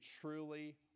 truly